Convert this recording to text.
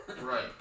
Right